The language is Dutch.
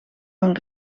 van